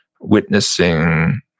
witnessing